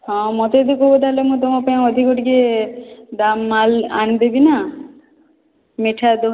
ହଁ ମୋତେ ଯଦି କହିଥାନ୍ତ ମୁଁ ତୁମ ପାଇଁ ଅଧିକ ଟିକିଏ ଆଣିଦେବି ନା ମିଠାଦହି